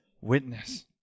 witness